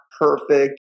perfect